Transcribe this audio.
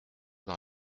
dans